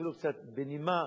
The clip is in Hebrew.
אפילו בנימה